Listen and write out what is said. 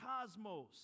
cosmos